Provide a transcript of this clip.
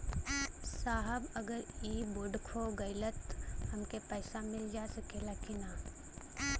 साहब अगर इ बोडखो गईलतऽ हमके पैसा मिल सकेला की ना?